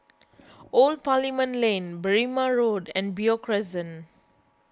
Old Parliament Lane Berrima Road and Beo Crescent